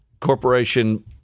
corporation